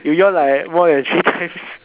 you yawn like more than three times